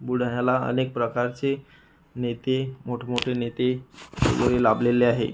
बुलढाण्याला अनेक प्रकारचे नेते मोठमोठे नेते वगैरे लाभलेले आहे